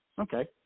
Okay